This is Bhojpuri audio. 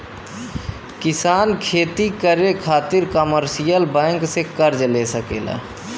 किसान खेती करे खातिर कमर्शियल बैंक से कर्ज ले सकला